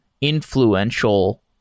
influential